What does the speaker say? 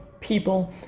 people